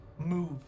move